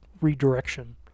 redirection